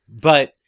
but-